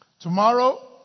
tomorrow